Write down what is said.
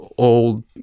old